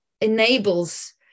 enables